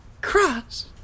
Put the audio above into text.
cross